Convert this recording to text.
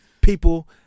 people